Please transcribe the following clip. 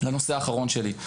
הנושא האחרון שלי.